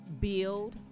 build